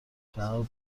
جهات